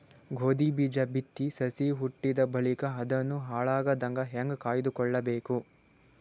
ಗೋಧಿ ಬೀಜ ಬಿತ್ತಿ ಸಸಿ ಹುಟ್ಟಿದ ಬಳಿಕ ಅದನ್ನು ಹಾಳಾಗದಂಗ ಹೇಂಗ ಕಾಯ್ದುಕೊಳಬೇಕು?